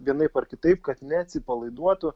vienaip ar kitaip kad neatsipalaiduotų